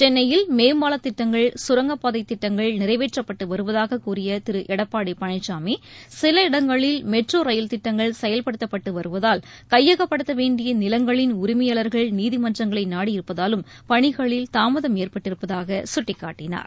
சென்னையில் மேம்பாலத் திட்டங்கள் சுரங்கப்பாதை திட்டங்கள் நிறைவேற்றப்பட்டு வருவதாக கூறிய திரு எடப்பாடி பழனிசாமி சில இடங்களில் மெட்ரோ ரயில் திட்டங்கள் செயல்படுத்தப்பட்டு வருவதாலும் கையகப்படுத்த வேண்டிய நிலங்களின் உரிமையாளரகள் நீதிமன்றங்களை நாடியிருப்பதாலும் பணிகளில் தாமதம் ஏற்பட்டிருப்பதாக கூட்டிகாட்டினார்